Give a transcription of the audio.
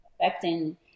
affecting